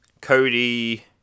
Cody